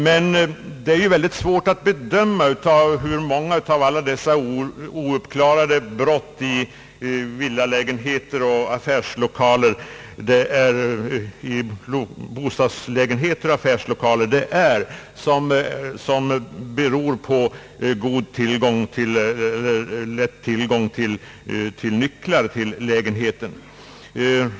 Men jag vill framhålla att det är mycket svårt att bedöma hur många av de ouppklarade inbrotten i bostadslägenheter och affärslokaler som beror på att det är lätt att få tillgång till nycklar till lägenheter.